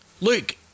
Luke